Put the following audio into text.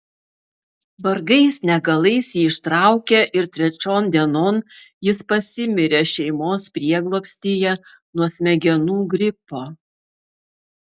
vargais negalais jį ištraukė ir trečion dienon jis pasimirė šeimos prieglobstyje nuo smegenų gripo